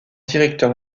directeur